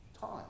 time